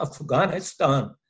Afghanistan